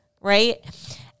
right